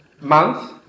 month